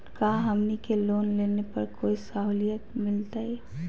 का हमनी के लोन लेने पर कोई साहुलियत मिलतइ?